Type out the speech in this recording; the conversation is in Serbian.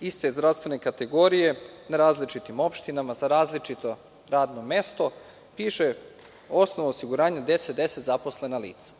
iste zdravstvene kategorije, na različitim opštinama, za različito radno mesto. Piše - osnov osiguranja 1010 zaposlena lica.